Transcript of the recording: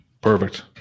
Perfect